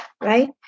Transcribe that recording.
right